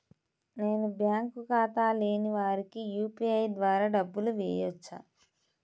నేను బ్యాంక్ ఖాతా లేని వారికి యూ.పీ.ఐ ద్వారా డబ్బులు వేయచ్చా?